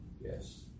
Yes